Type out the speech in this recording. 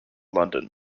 london